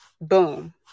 Boom